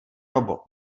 robot